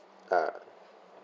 uh